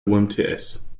umts